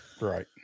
Right